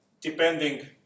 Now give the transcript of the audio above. depending